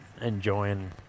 enjoying